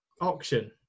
Auction